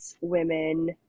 women